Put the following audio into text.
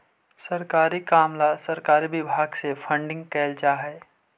सरकारी काम ला सरकारी विभाग से फंडिंग कैल जा हई